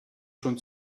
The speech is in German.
schon